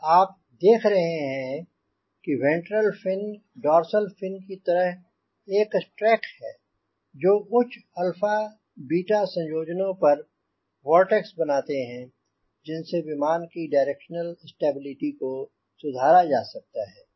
या आप देख रहे हैं वेंट्रल फिन डोर्सल फिन की तरह एक स्त्रैक्स है जो उच्च α β संयोजनों पर वोर्टेक्स बनाते हैं जिनसे विमान की डायरेक्शनल स्टेबिलिटी को सुधारा जा सकता है